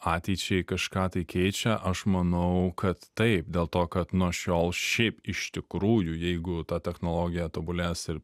ateičiai kažką tai keičia aš manau kad taip dėl to kad nuo šiol šiaip iš tikrųjų jeigu ta technologija tobulės ir